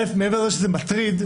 מעבר לכך שזה מטריד,